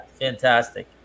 fantastic